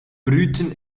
brüten